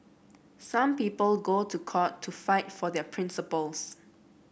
some people go to court to fight for their principles